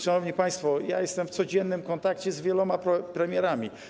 Szanowni państwo, ja jestem w codziennym kontakcie z wieloma premierami.